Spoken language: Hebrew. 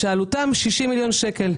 שעלותם 60 מיליון שקל,